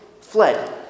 fled